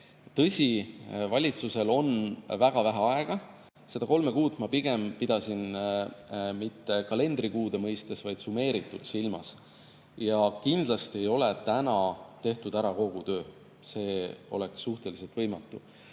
Tõsi, valitsusel on väga vähe aega. Seda kolme kuud ma pigem pidasin silmas mitte kalendrikuude mõistes, vaid summeeritult. Ja kindlasti ei ole täna tehtud ära kogu töö, see oleks suhteliselt võimatu. Mis